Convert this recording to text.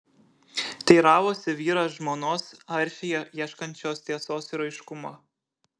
teiravosi vyras žmonos aršiai ieškančios tiesos ir aiškumo